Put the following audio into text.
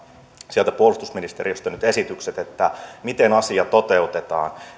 sieltä puolustusministeriöstä esitykset siitä miten asia toteutetaan